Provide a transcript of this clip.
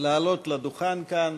לעלות לדוכן כאן